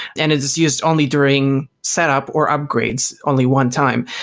and it's it's used only during setup or upgrades only one time,